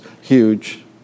huge